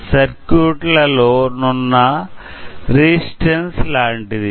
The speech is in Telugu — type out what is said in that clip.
C సర్క్యూట్ ల లో నున్న రెసిస్టన్స్ లాంటిది